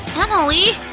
emily?